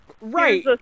right